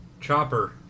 Chopper